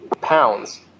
pounds